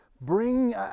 bring